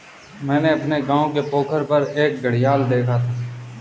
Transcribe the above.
मैंने अपने गांव के पोखर पर एक घड़ियाल देखा था